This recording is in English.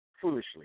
Foolishly